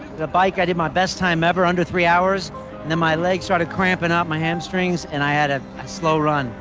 the bike, i did my best time ever, under three hours and then my legs starting cramping up, my hamstrings and i had ah a slow run,